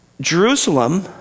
Jerusalem